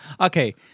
okay